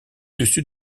dessus